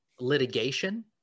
litigation